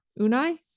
Unai